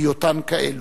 בהיותן כאלו.